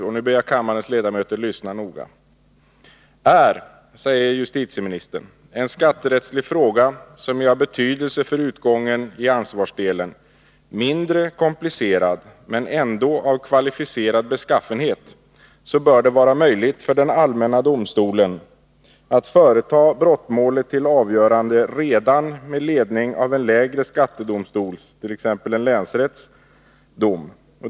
Och nu ber jag kammarens ledamöter lyssna noga. Är, säger justitieministern, en skatterättslig fråga som är av betydelse för utgången i ansvarsdelen mindre komplicerad men ändå av kvalificerad beskaffenhet, bör det vara möjligt för den allmänna domstolen att företa brottmålet till avgörande redan med ledning av en lägre skattedomstols, t.ex. en länsrätts, dom.